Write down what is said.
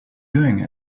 doing